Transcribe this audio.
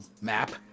map